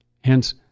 Hence